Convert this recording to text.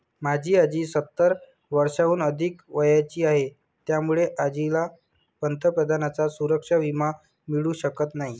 माझी आजी सत्तर वर्षांहून अधिक वयाची आहे, त्यामुळे आजीला पंतप्रधानांचा सुरक्षा विमा मिळू शकत नाही